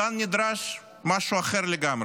כאן נדרש משהו אחר לגמרי.